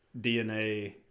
DNA